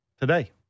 Today